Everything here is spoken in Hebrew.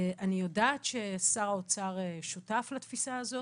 אני יודעת ששר האוצר שותף לתפיסה הזאת,